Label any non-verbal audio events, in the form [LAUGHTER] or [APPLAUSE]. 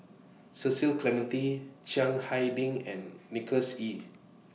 Cecil Clementi Chiang Hai Ding and [NOISE] Nicholas Ee